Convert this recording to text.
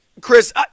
Chris